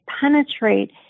penetrate